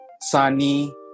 Sunny